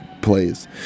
plays